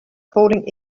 calling